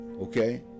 Okay